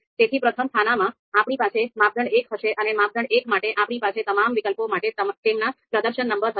તેથી પ્રથમ ખાનામાં આપણી પાસે માપદંડ 1 હશે અને માપદંડ 1 માટે આપણી પાસે તમામ વિકલ્પો માટે તેમના પ્રદર્શન નંબર હશે